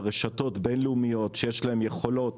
אלו רשתות בינלאומיות שיש להן יכולות